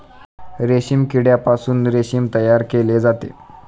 रेशीम किड्यापासून रेशीम तयार केले जाते